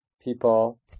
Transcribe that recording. people